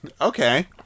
Okay